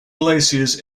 glaciers